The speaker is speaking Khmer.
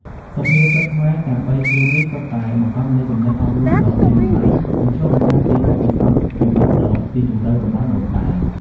សុភាសិតខ្មែរទាំងបីឃ្លានេះ សុទ្ធតែបង្កប់នូវគំនិតអប់រំដ៏មានតម្លៃ និងឆ្លុះបញ្ចាំងពីបទពិសោធន៍ជីវិតដ៏ស៊ីជម្រៅរបស់ដូនតា។